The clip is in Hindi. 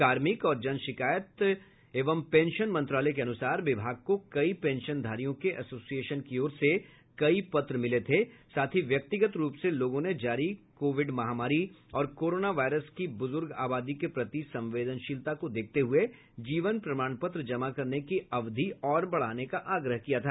कार्मिक और जनशिकायत एवं पेंशन मंत्रालय के अनुसार विभाग को कई पेंशनधारियों के एसोशिएशन की ओर से कई पत्र मिले थे साथ ही व्यक्तिगत रूप से लोगों ने जारी कोविड महामारी और कोरोना वायरस की बुजुर्ग आबादी को प्रति संवेदनशीलता को देखते हुए जीवन प्रमाणपत्र जमा करने की अवधि और बढ़ाने का आग्रह किया था